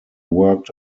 worked